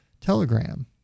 telegram